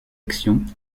action